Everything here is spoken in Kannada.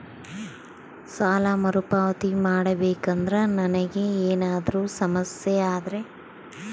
ಸಾಲ ಮರುಪಾವತಿ ಮಾಡಬೇಕಂದ್ರ ನನಗೆ ಏನಾದರೂ ಸಮಸ್ಯೆ ಆದರೆ?